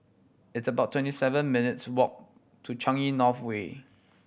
it's about twenty seven minutes' walk to Changi North Way